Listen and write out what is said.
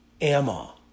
Emma